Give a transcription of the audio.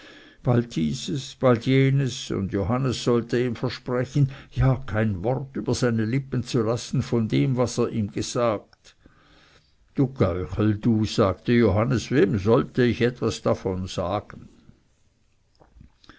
bald dieses bald jenes und johannes sollte ihm versprechen ja kein wort über seine lippen zu lassen von dem was er ihm gesagt du gäuchel du sagte johannes wem sollte ich etwas davon sagen